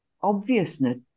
obviousness